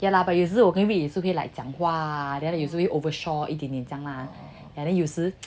yeah lah but 有时候我妹妹也顺便讲话有时也会 ah overshot 有时